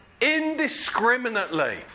Indiscriminately